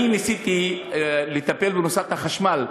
אני ניסיתי לטפל בנושא החשמל.